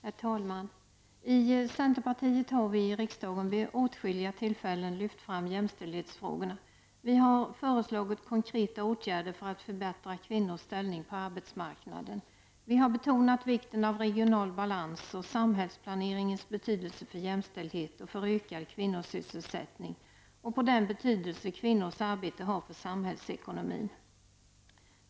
Herr talman! I centerpartiet har vi i riksdagen vid åtskilliga tillfällen lyft fram jämställdhetsfrågorna. Vi har föreslagit konkreta åtgärder för att förbättra kvinnors ställning på arbetsmarknaden. Vi har betonat vikten av regional balans och samhällsplaneringens betydelse för jämställdhet och för ökad kvinnosysselsättning och den betydelse kvinnors arbete har för samhällsekonomin.